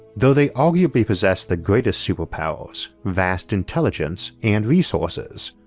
though they arguably possess the greatest superpowers vast intelligence and resources.